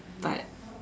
but